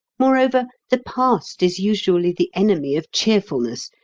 moreover, the past is usually the enemy of cheerfulness,